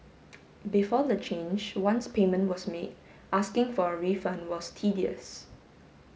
before the change once payment was made asking for a refund was tedious